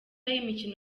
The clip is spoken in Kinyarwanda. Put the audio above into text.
y’imikino